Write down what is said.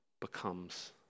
becomes